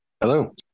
Hello